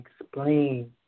explain